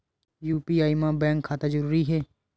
UPI मा bank खाता जरूरी हे?